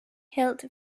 hält